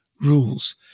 rules